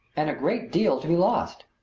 and a great deal to be lost.